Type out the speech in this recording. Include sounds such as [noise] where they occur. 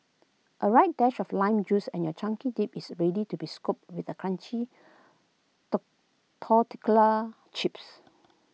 A right dash of lime juice and your chunky dip is ready to be scooped with crunchy [unintelligible] tortilla chips